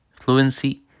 fluency